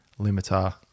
limiter